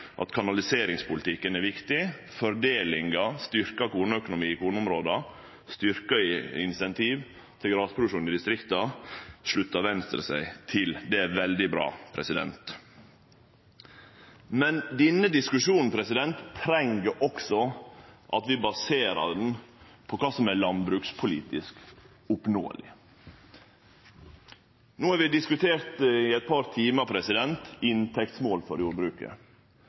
at òg Venstre no klart seier at kanaliseringspolitikken er viktig. Fordelinga, styrkt kornøkonomi i kornområda og styrkt incentiv til grasproduksjon i distrikta sluttar Venstre seg til. Det er veldig bra. Men denne diskusjonen treng òg at vi baserer han på kva som er landbrukspolitisk oppnåeleg. No har vi i eit par timar diskutert inntektsmålet for jordbruket,